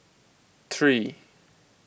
three